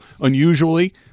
unusually